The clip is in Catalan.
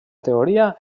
teoria